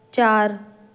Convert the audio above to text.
ਚਾਰ